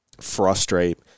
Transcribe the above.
frustrate